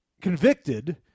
convicted